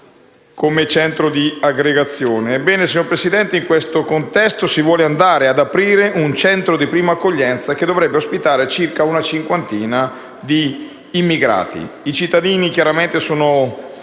come centro di aggregazione. Ebbene, signor Presidente, in questo contesto si vuole andare ad aprire un centro di prima accoglienza, che dovrebbe ospitare circa una cinquantina di immigrati. I cittadini sono